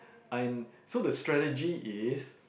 and so the strategy is